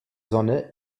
sonne